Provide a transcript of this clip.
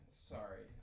sorry